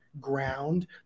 ground